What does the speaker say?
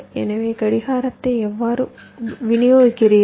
எனவே கடிகாரத்தை எவ்வாறு விநியோகிக்கிறீர்கள்